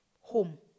home